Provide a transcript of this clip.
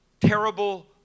terrible